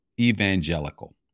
evangelical